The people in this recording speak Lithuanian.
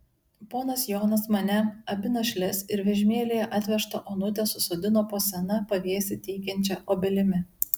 ponas jonas mane abi našles ir vežimėlyje atvežtą onutę susodino po sena pavėsį teikiančia obelimi